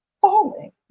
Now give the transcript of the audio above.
falling